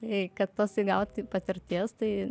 tai kad tos įgauti patirties tai